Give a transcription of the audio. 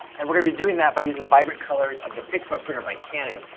and we're gonna be doing that by using the vibrant colors of the pixma printer by cannon.